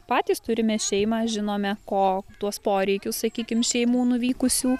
patys turime šeimą žinome ko tuos poreikius sakykim šeimų nuvykusių